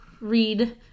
read